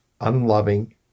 unloving